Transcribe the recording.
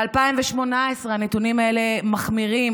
ב-2018 הנתונים האלה מחמירים.